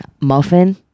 Muffin